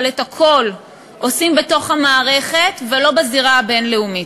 אבל את הכול עושים בתוך המערכת ולא בזירה הבין-לאומית.